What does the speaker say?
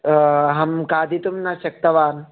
अहं खादितुं न शक्तवान्